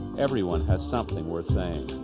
everyone has something worth saying.